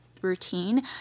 routine